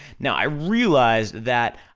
now, i've realized that,